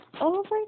Over